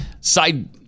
side